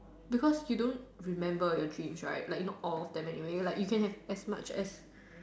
because you don't remember your dreams right like not all of them anyway like you can have as much as